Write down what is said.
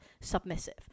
submissive